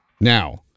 now